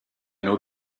know